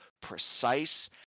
precise